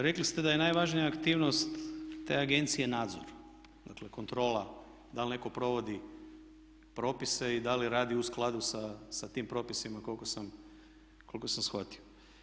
Rekli ste da je najvažnija aktivnost te agencije nadzor, dakle kontrola da li netko provodi propise i da li radi u skladu sa tim propisima koliko sam shvatio.